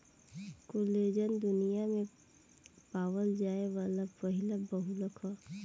collagen दुनिया में पावल जाये वाला पहिला बहुलक ह